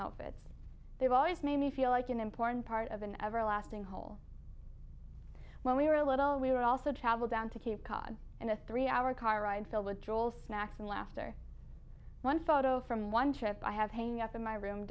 outfits they've always made me feel like an important part of an everlasting whole when we were little we were also travel down to cape cod and a three hour car ride filled with droll snacks and laughter one photo from one trip i have hanging up in my room